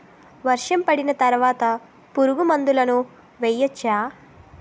వర్షం పడిన తర్వాత పురుగు మందులను వేయచ్చా?